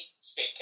state